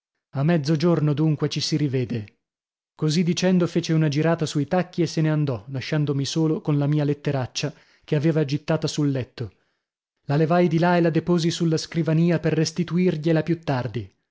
a mezzogiorno dunque ci si rivede così dicendo fece una girata sui tacchi e se ne andò lasciandomi solo con la mia letteraccia che aveva gittata sul letto la levai di là e la deposi sulla scrivania per restituirgliela più tardi